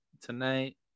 tonight